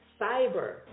cyber